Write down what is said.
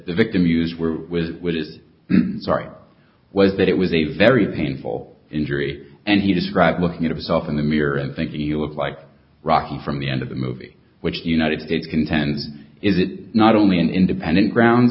the victim used were with it sorry was that it was a very painful injury and he described looking at a result in the mirror and think you look like rocky from the end of the movie which the united states contend is it not only an independent ground